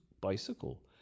bicycle